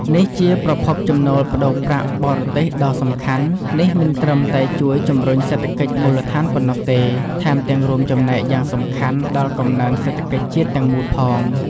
នេះជាប្រភពចំណូលប្តូរប្រាក់បរទេសដ៏សំខាន់ នេះមិនត្រឹមតែជួយជំរុញសេដ្ឋកិច្ចមូលដ្ឋានប៉ុណ្ណោះទេ ថែមទាំងរួមចំណែកយ៉ាងសំខាន់ដល់កំណើនសេដ្ឋកិច្ចជាតិទាំងមូលផង។